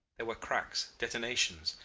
there were cracks, detonations,